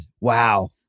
Wow